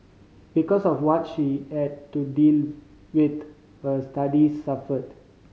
because of what she had to deal with her studies suffered